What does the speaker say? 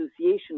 Association